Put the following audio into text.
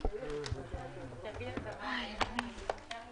ננעלה בשעה